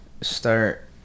start